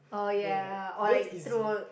oh like that's easy